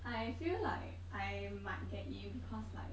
I feel like I might get in because like